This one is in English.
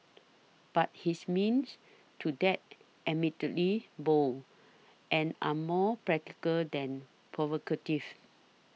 but his means to that admittedly bold end are more practical than provocative